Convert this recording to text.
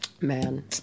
Man